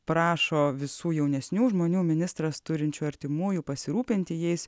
prašo visų jaunesnių žmonių ministras turinčių artimųjų pasirūpinti jais